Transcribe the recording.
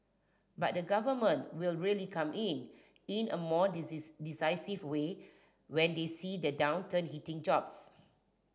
but the Government will really come in in a more decisive way when they see the downturn hitting jobs